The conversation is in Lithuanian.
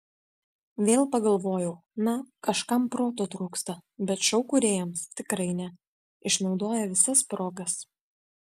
vėl pagalvojau na kažkam proto trūksta bet šou kūrėjams tikrai ne išnaudoja visas progas